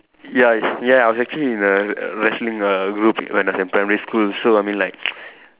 ya ya I was actually in a a wrestling group err when I was in primary school so I mean like